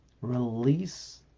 release